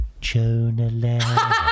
Jonah